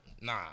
Nah